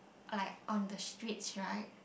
like on the streets right